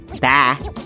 bye